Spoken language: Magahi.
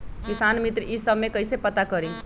किसान मित्र ई सब मे कईसे पता करी?